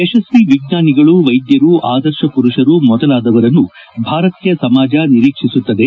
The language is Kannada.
ಯಶಸ್ವಿ ವಿಜ್ಞಾನಿಗಳು ವೈದ್ಯರು ಆದರ್ಶ ಪುರುಷರು ಮೊದಲಾದವರನ್ನು ಭಾರತೀಯ ಸಮಾಜ ನಿರೀಕ್ಷಿಸುತ್ತದೆ